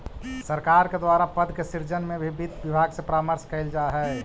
सरकार के द्वारा पद के सृजन में भी वित्त विभाग से परामर्श कैल जा हइ